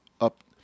up